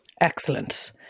Excellent